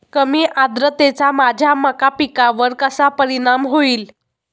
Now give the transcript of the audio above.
कमी आर्द्रतेचा माझ्या मका पिकावर कसा परिणाम होईल?